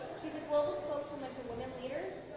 she's a global spokeswoman for women leaders,